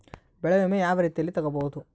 ಬೆಳೆ ವಿಮೆ ಯಾವ ರೇತಿಯಲ್ಲಿ ತಗಬಹುದು?